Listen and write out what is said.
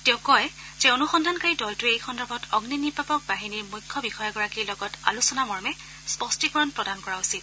তেওঁ কয় যে অনুসন্ধানকাৰী দলটোৱে এই সন্দৰ্ভত অগ্নি নিৰ্বাপক বাহিনীৰ মুখ্য বিষয়াগৰাকীৰ লগত আলোচনামৰ্মে স্পষ্টীকৰণ প্ৰদান কৰা উচিত